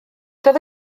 doedd